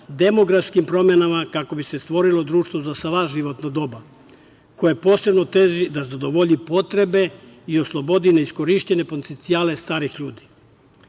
demografskim promenama, kako bi se stvorilo društvo za sva životno doba, koje posebno teži da zadovolji potrebe i oslobodi neiskorišćene potencijale starih